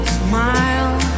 smile